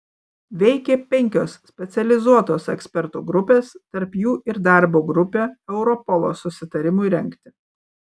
veikė penkios specializuotos ekspertų grupės tarp jų ir darbo grupė europolo susitarimui rengti